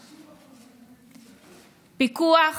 פיקוח,